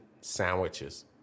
sandwiches